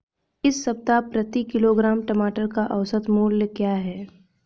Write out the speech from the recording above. इस सप्ताह प्रति किलोग्राम टमाटर का औसत मूल्य क्या है?